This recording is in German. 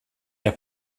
der